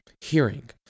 Hearing